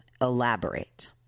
elaborate